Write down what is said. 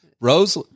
Rose